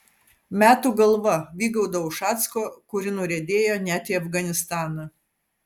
metų galva vygaudo ušacko kuri nuriedėjo net į afganistaną